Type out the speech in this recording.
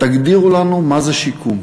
תגדירו לנו מה זה שיקום.